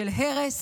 של הרס,